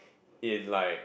in like